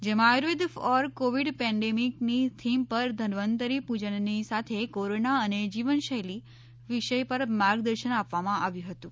જેમાં Ayurveda for COVID પેનડેમિકની theme પર ધનવંતરી પૂજનની સાથે કોરોના અને જીવનશૈલી વિષય પર માર્ગદર્શન આપવામાં આવ્યું હતું